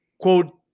quote –